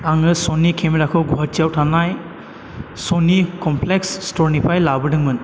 आङो सनि केमेराखौ गुहाटिआव थानाय सनि कमफ्लेक्स स्टरनिफ्राय लाबोदोंमोन